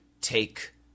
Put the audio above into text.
take